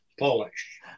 Polish